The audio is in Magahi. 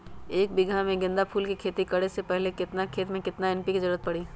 एक बीघा में गेंदा फूल के खेती करे से पहले केतना खेत में केतना एन.पी.के के जरूरत परी?